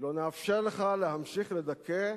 לא נאפשר לך להמשיך לדכא,